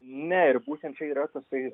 ne ir būtent čia yra tasai